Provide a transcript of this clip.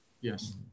Yes